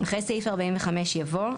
אחרי סעיף 45 יבוא: